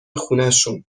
خونشون